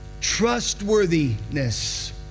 trustworthiness